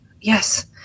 Yes